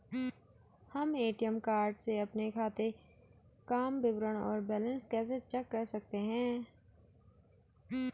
हम ATM card से अपने खाते काम विवरण और बैलेंस कैसे चेक कर सकते हैं?